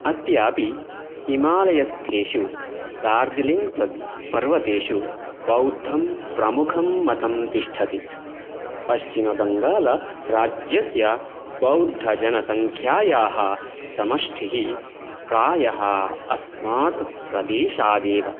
अद्यापि हिमालयस्थेषु दार्जिलिङ्ग प्रद् पर्वतेषु बौद्धं प्रमुखं मतम् तिष्ठति पश्चिमबङ्गालराज्यस्य बौद्धजनसङ्ख्यायाः समष्टिः प्रायः अस्मात् प्रदेशादेव